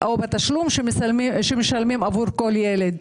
בתשלום שמשלמים עבור כל ילד.